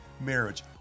Marriage